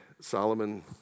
Solomon